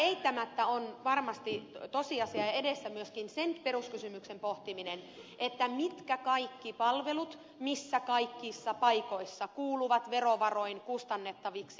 mutta eittämättä on varmasti tosiasia ja edessä myöskin sen peruskysymyksen pohtiminen mitkä kaikki palvelut missä kaikissa paikoissa kuuluvat verovaroin kustannettaviksi